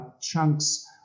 chunks